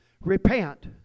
Repent